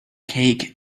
cake